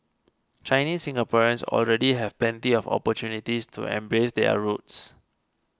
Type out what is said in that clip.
Chinese Singaporeans already have plenty of opportunities to embrace their roots